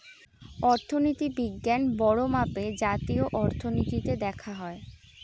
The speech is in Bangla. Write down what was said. অর্থনীতি বিজ্ঞান বড়ো মাপে জাতীয় অর্থনীতিতে দেখা হয়